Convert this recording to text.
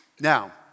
Now